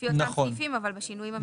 לפי אותם סעיפים אבל בשינויים המחויבים.